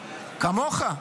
כמוך.